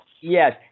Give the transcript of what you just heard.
Yes